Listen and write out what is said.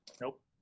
Nope